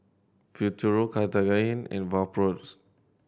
Futuro Cartigain and Vapodrops